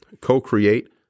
co-create